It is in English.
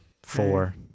Four